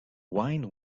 wine